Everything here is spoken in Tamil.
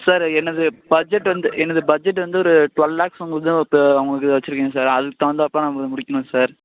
சார் எனது பட்ஜெட் வந்து எனது பட்ஜெட் வந்து ஒரு ட்வெல் லேக்ஸ் அவங்கள்து து அவங்களுக்கு இதை வச்சிருக்கேன் சார் அதுக்கு தகுந்தாப்போல நம்ம இதை முடிக்கணும் சார்